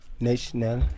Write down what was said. National